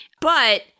But-